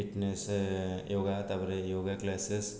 fitness yoga ତା'ପରେ yoga classes